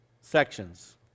sections